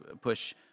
push